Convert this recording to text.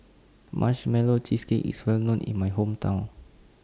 Marshmallow Cheesecake IS Well known in My Hometown